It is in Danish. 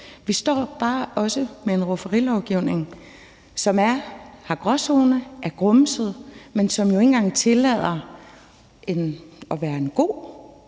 Vi står bare også med en rufferilovgivning, som har gråzoner, er grumset, og som jo ikke engang tillader enat være en god